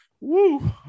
Woo